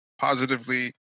positively